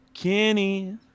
Kenny